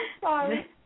sorry